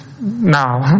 now